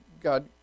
God